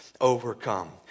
overcome